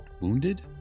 wounded